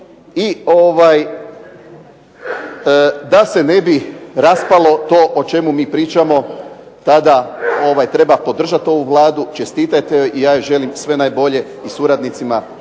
i da se ne bi raspalo to o čemu mi pričamo tada treba podržati ovu Vladu, čestitajte joj i ja joj želim sve najbolje i suradnicima